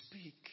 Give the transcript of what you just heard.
speak